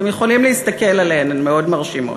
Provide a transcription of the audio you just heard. אתם יכולים להסתכל עליהן, הן מאוד מרשימות.